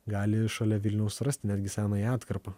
gali šalia vilniaus rasti netgi senąją atkarpą